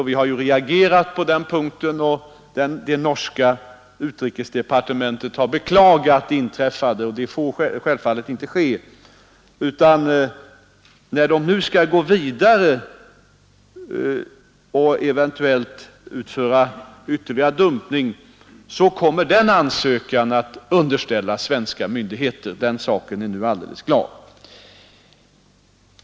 Vi har reagerat på den punkten, och det norska utrikesdepartementet har beklagat det inträffade. Sådant får självfallet inte ske, utan när arbetet nu skall gå vidare och man eventuellt skall utföra ytterligare dumpning kommer ansökan därom att underställas svenska myndigheter — den saken är nu alldeles klar.